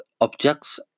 objects